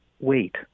wait